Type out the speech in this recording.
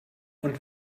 und